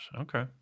Okay